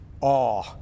awe